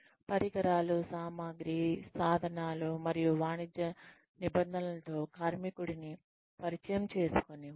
పరికరాలు సామగ్రి సాధనాలు మరియు వాణిజ్య నిబంధనలతో కార్మికుడిని పరిచయం చేసుకోనివ్వండి